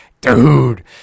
dude